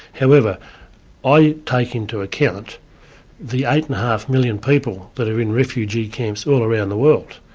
however i take into account the eight and a half million people that are in refugee camps all around the world,